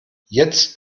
jetzt